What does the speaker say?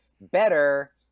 better